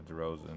DeRozan